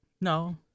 No